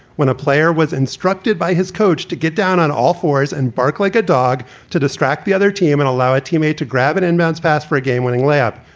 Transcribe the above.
when a player was instructed by his coach to get down on all fours and bark like a dog to distract the other team and allow a teammate to grab it and bounce pass for a game winning layup.